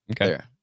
okay